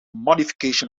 modification